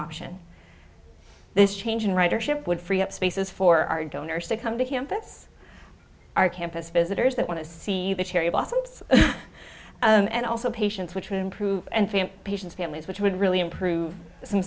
option this change in ridership would free up spaces for our donors to come to campus our campus visitors that want to see the cherry blossoms and also patients which will improve and patients families which would really improve some